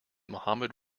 mohammad